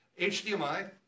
HDMI